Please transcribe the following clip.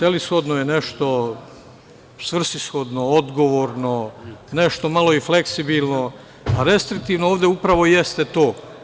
Celishodno je nešto svrsishodno, odgovorno, nešto malo i fleksibilno, a restriktivno ovde upravo jeste to.